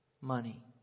money